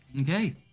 Okay